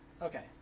Okay